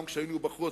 גם כשהיינו בחוץ,